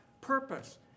purpose